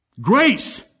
Grace